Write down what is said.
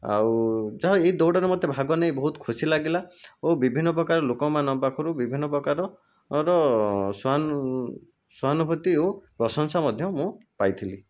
ଆଉ ଯା ଏଇ ଦୌଡ଼ରେ ଭାଗ ନେଇ ମୋତେ ବହୁତ ଖୁସି ଲାଗିଲା ଓ ବିଭିନ୍ନପ୍ରକାର ଲୋକମାନଙ୍କ ପାଖରୁ ବିଭିନ୍ନପ୍ରକାର ସହାନୁ ସହାନୁଭୂତି ଓ ପ୍ରଶଂସା ମଧ୍ୟ ମୁଁ ପାଇଥିଲି